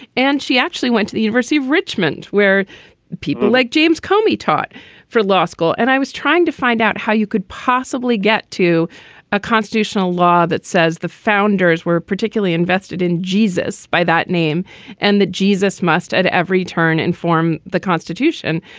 and she actually went to the university of richmond, where people like james comey taught for law school. and i was trying to find out how you could possibly get to a constitutional law that says the founders were particularly invested in jesus by that name and that jesus must at every turn inform the constitution.